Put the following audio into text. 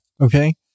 Okay